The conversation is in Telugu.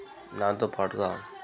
దాంతో పాటుగా